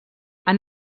han